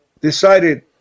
decided